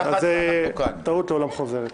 טעות לעולם חוזרת.